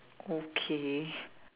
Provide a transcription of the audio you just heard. okay